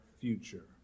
future